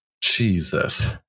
Jesus